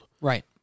Right